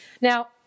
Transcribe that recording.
Now